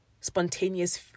spontaneous